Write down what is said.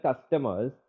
customers